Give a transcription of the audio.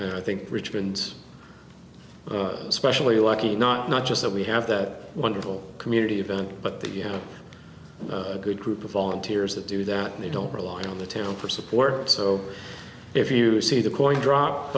and i think richmond especially lucky not not just that we have that wonderful community event but that you have a good group of volunteers that do that and they don't rely on the town for support so if you see the coin drop